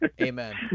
Amen